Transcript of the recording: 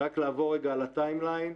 נעבור על הטיים-ליין.